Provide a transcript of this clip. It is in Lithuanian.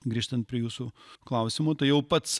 grįžtant prie jūsų klausimo tai jau pats